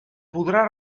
podrà